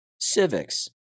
civics